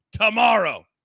tomorrow